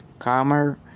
camera